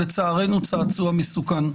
לצערנו צעצוע מסוכן.